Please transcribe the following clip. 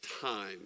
time